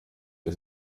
das